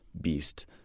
beast